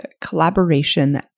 collaboration